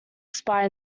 expire